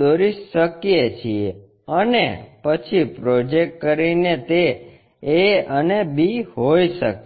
દોરી શકીએ અને પછી પ્રોજેક્ટ કરીને તે a અને b હોઈ શકે